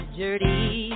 dirty